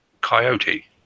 coyote